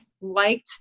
liked